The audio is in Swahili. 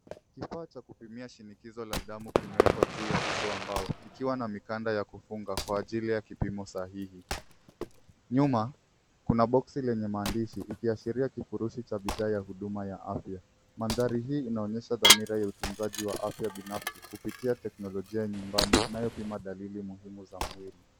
Kifaa cha kupimia shiniko la damu kimewekwa juu ya uso wa mbao kikiwa na mikanda ya kufunga kwa ajili ya kipimo sahihi. Nyuma kuna boksi lenye maandishi likiashiria kifurushi cha bidhaa ya huduma ya afya. Mandhari hii inaonyesha dhamira ya utunzaji wa afya binafsi kupitia teknolojia nyumbani inayopima dalili muhimu za mwili.